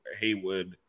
Haywood